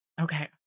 Okay